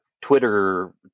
Twitter